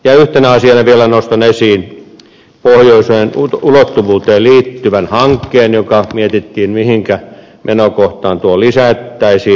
yhtenä asiana vielä nostan esiin pohjoiseen ulottuvuuteen liittyvän hankkeen josta mietittiin mihinkä menokohtaan tuo lisättäisiin